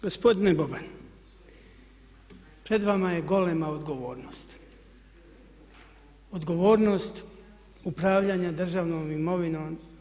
Gospodine Boban, pred vama je golema odgovornost, odgovornost upravljanja državnom imovinom.